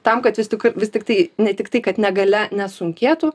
tam kad vis tik vis tiktai ne tiktai kad negalia nesunkėtų